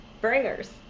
bringers